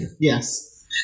Yes